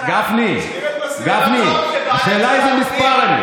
ביהדות התורה.